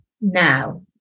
Now